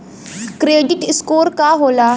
Credit score का होला?